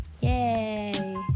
Yay